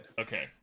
Okay